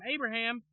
Abraham